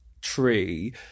tree